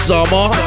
Summer